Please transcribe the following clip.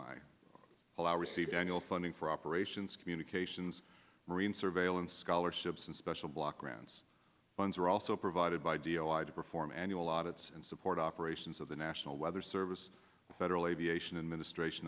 y allow receive annual funding for operations communications marine surveillance scholarships and special block grants funds are also provided by d l i'd perform annual audits and support operations of the national weather service the federal aviation administration